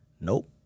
nope